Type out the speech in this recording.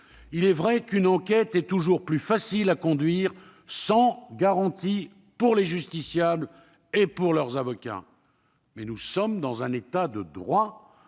Il est vrai qu'une enquête est toujours plus facile à conduire sans garanties pour les justiciables ou leurs avocats, mais nous sommes dans un État de droit